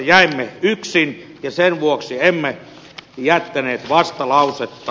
jäimme yksin ja sen vuoksi emme jättäneet vastalausetta